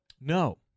No